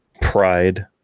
pride